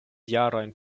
jarojn